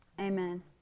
Amen